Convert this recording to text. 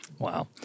Wow